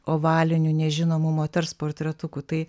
ovaliniu nežinomu moters portretuku tai